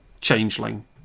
Changeling